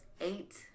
Eight